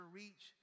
reach